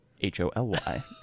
H-O-L-Y